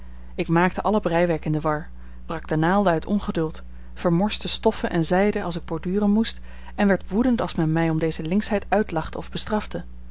ik maakte alle breiwerk in de war brak de naalden uit ongeduld vermorste stoffen en zijde als ik borduren moest en werd woedend als men mij om deze linkschheid uitlachte of bestrafte